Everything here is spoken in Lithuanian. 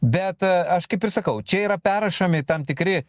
bet aš kaip ir sakau čia yra perrašomi tam tikri